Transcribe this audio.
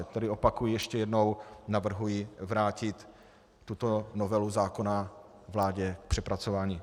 Tedy opakuji ještě jednou navrhuji vrátit tuto novelu zákona vládě k přepracování.